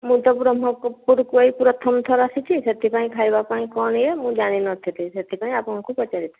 ମୁଁ ତ ବ୍ରହ୍ମପୁରକୁ ଏଇ ପ୍ରଥମ ଥର ଆସିଛି ସେଥିପାଇଁ ଖାଇବା ପାଇଁ କ'ଣ ଇଏ ମୁଁ ଜାଣି ନଥିଲି ସେଥିପାଇଁ ଆପଣଙ୍କୁ ପଚାରୁଥିଲି